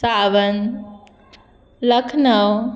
Sawan Lucknow